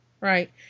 Right